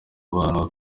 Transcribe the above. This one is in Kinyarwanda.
abana